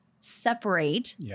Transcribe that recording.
separate